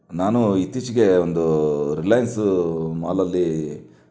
ನಾನು ಇತ್ತೀಚಿಗೆ ಒಂದು ರಿಲಾಯನ್ಸ್ ಮಾಲಲ್ಲಿ